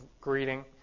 greeting